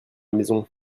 maison